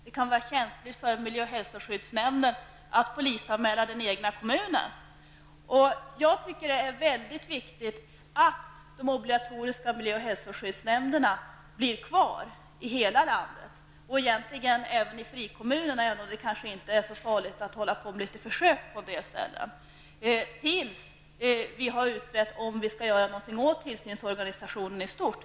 Det kan vara känsligt för miljö och hälsoskyddsnämnden att polisanmäla den egna kommunen. Jag tycker att det är väldigt viktigt att de obligatoriska miljö och hälsoskyddsnämnderna blir kvar i hela landet och egentligen även i frikommunerna, även om det i dessa kanske inte är så farligt att man gör försök, till dess vi har utrett om vi skall göra någonting åt tillsynsorganisationen i stort.